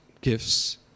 gifts